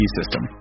system